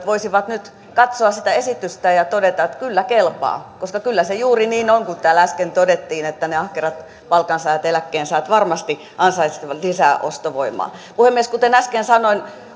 voisivat nyt katsoa sitä esitystä ja todeta että kyllä kelpaa koska kyllä se on juuri niin kuin täällä äsken todettiin että ne ahkerat palkansaajat eläkkeensaajat varmasti ansaitsisivat lisää ostovoimaa puhemies kuten äsken sanoin